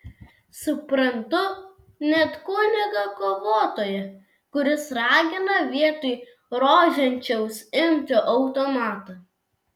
suprantu net kunigą kovotoją kuris ragina vietoj rožančiaus imti automatą